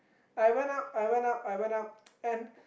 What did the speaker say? I went up I went up I went up and